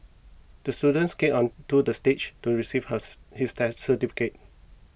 the student skated onto the stage to receive hers his that certificate